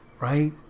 right